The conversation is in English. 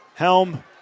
Helm